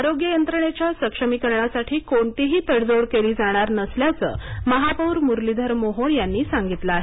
आरोग्य यंत्रणेच्या सक्षमीकरणासाठी कोणतीही तडजोड केली जाणार नसल्याचं महापौर मुरलीधर मोहोळ यांनी सांगितले आहे